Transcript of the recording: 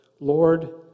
Lord